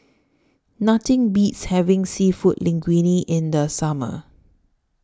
Nothing Beats having Seafood Linguine in The Summer